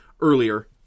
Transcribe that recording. earlier